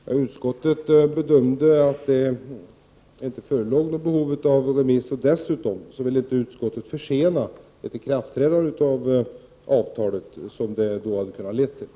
Herr talman! Utskottet bedömde att det inte förelåg något behov av en remiss. Utskottet ville dessutom inte försena ett ikraftträdande av avtalet, vilket kunde ha blivit fallet.